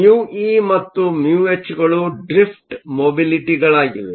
ಮ್ಯೂಇμe ಮತ್ತು ಮ್ಯೂಹೆಚ್μhಗಳು ಡ್ರಿಫ್ಟ್ ಮೊಬಿಲಿಟಿಗಳಾಗಿವೆ